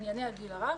ענייני הגיל הרך